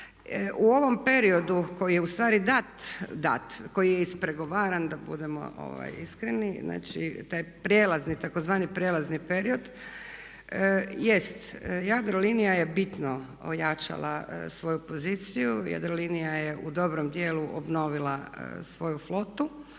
U ovom periodu koji je ustvari dat, dat, koji je ispregovaran da budemo iskreni, znači taj prijelazni, tzv. prijelazni period jest, Jadrolinija je bitno ojačala svoju poziciju, Jadrolinija je u dobrom dijelu obnovila svoju flotu.